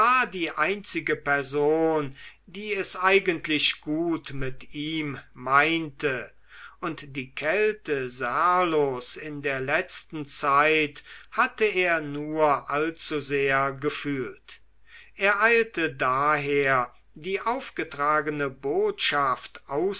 die einzige person die es eigentlich gut mit ihm meinte und die kälte serlos in der letzten zeit hatte er nur allzusehr gefühlt er eilte daher die aufgetragene botschaft